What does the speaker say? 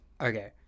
okay